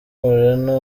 moreno